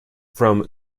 from